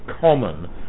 common